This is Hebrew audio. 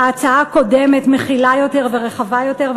ההצעה הקודמת מכילה יותר ורחבה יותר,